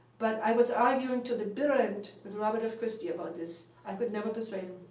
but i was arguing to the bitter end with robert f. christy about this. i could never persuade him.